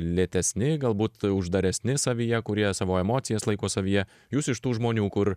lėtesni galbūt uždaresni savyje kurie savo emocijas laiko savyje jūs iš tų žmonių kur